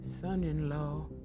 son-in-law